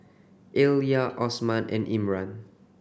Alya Osman and Imran